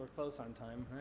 close on time,